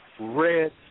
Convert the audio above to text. red